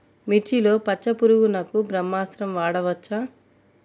మిర్చిలో పచ్చ పురుగునకు బ్రహ్మాస్త్రం వాడవచ్చా?